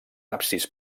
absis